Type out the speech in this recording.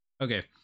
Okay